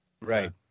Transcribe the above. Right